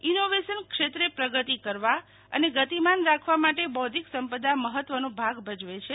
innovation ક્ષેત્રે પ્રગતી કરવા અને ગતિમાન રાખવા માટે બૌદ્વિક સંપદા મહત્વનો ભાગ ભજવે છે